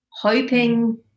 hoping